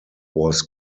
was